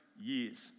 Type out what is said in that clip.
years